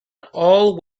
all